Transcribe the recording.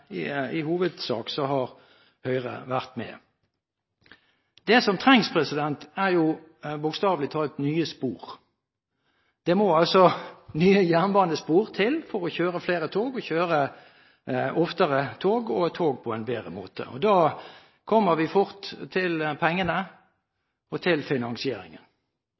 i hovedsak har Høyre vært med. Det som trengs, er bokstavelig talt nye spor. Det må nye jernbanespor til for å kjøre flere tog, kjøre oftere tog og på en bedre måte. Da kommer vi fort til pengene og til finansieringen.